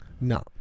No